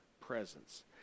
presence